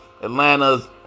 Atlanta's